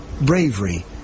bravery